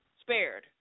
spared